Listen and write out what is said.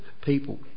people